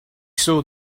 saw